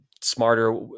smarter